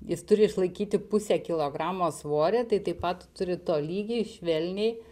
jis turi išlaikyti pusę kilogramo svorį tai taip pat turi tolygiai švelniai